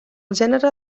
gènere